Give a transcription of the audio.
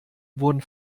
wurden